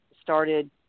started